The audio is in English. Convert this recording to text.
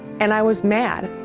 and i was mad.